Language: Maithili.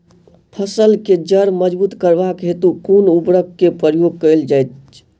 फसल केँ जड़ मजबूत करबाक हेतु कुन उर्वरक केँ प्रयोग कैल जाय?